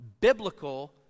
biblical